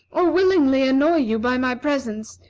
or willingly annoy you by my presence,